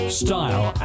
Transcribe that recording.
style